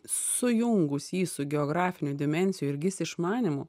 sujungus jį su geografinių dimensijų ir gis išmanymu